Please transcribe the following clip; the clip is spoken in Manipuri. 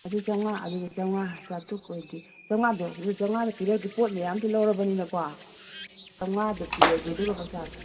ꯑꯗꯨ ꯆꯧꯉ꯭ꯋꯥ ꯑꯗꯨꯗ ꯆꯧꯉ꯭ꯋꯥ ꯆꯥꯇ꯭ꯔꯨꯛ ꯑꯣꯏꯔꯗꯤ ꯆꯧꯉ꯭ꯋꯥꯗꯣ ꯑꯗꯨꯗ ꯆꯧꯉ꯭ꯋꯥꯗ ꯄꯤꯔꯒꯦ ꯄꯣꯠ ꯃꯌꯥꯝꯁꯨ ꯂꯧꯔꯕꯅꯤꯅꯀꯣ ꯆꯧꯉ꯭ꯋꯥꯗꯣ ꯄꯤꯔꯒꯦ ꯑꯗꯨꯒ ꯄꯩꯁꯥ